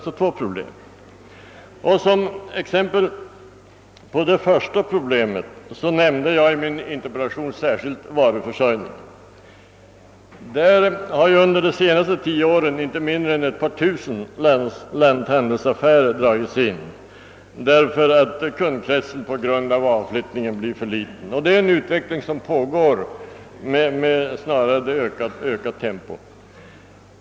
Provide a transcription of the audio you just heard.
Som exempel på det första problemet nämnde jag i min interpellation särskilt varuförsörjningen. Under de senaste tio åren har inte mindre än ett par tusen lanthandelsaffärer dragits in därför att kundkretsen på grund av den stora avflyttningen blivit för liten. Denna utveckling fortsätter i snarast ökat tempo.